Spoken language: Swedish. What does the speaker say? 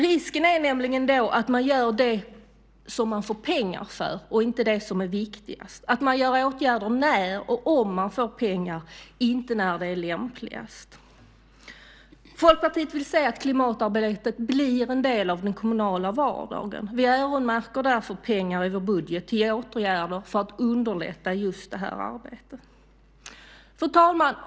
Risken är nämligen då att man gör det som man får pengar för och inte det som är viktigast, att man gör åtgärder när och om man får pengar, inte när det är lämpligast. Folkpartiet vill se att klimatarbetet blir en del av den kommunala vardagen. Vi öronmärker därför pengar i vår budget till åtgärder för att underlätta just det arbetet. Fru talman!